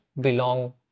belong